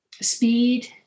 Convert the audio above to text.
speed